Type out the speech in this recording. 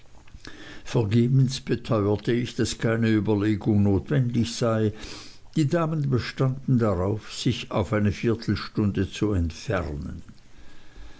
vergebens beteuerte ich daß keine überlegung notwendig sei die damen bestanden darauf sich auf eine viertelstunde zu entfernen